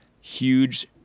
huge